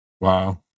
Wow